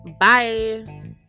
Bye